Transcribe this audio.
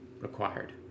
required